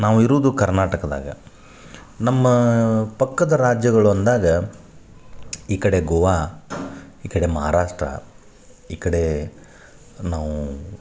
ನಾವು ಇರುದು ಕರ್ನಾಟಕದಾಗ ನಮ್ಮ ಪಕ್ಕದ ರಾಜ್ಯಗಳು ಅಂದಾಗ ಈ ಕಡೆ ಗೋವಾ ಈ ಕಡೆ ಮಹಾರಾಷ್ಟ್ರ ಈ ಕಡೆ ನಾವು